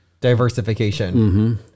Diversification